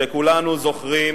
וכולנו זוכרים